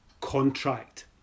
contract